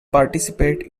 participate